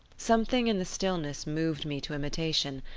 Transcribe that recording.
something in the stillness moved me to imitation,